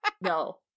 no